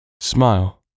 Smile